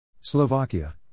Slovakia